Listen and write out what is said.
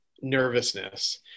nervousness